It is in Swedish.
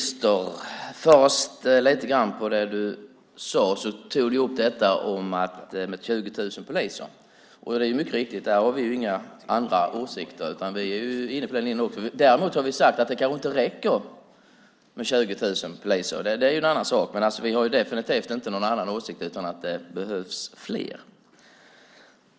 Herr talman! Krister tog upp det som handlar om 20 000 poliser. Det är mycket riktigt. Där har vi inga andra åsikter. Vi är inne på den linjen också. Däremot har vi sagt att det kanske inte räcker med 20 000 poliser. Det är en annan sak, men vi har definitivt inte någon annan åsikt än att det behövs fler.